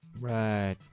right.